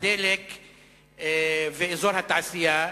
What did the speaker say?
הדלק ובאזור התעשייה.